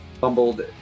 fumbled